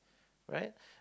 right